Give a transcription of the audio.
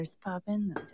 popping